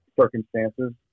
circumstances